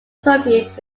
studied